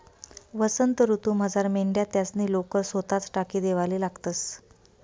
वसंत ऋतूमझार मेंढ्या त्यासनी लोकर सोताच टाकी देवाले लागतंस